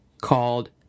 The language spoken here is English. called